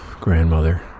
grandmother